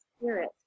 spirit